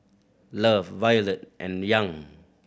love Violet and Young